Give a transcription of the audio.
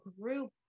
group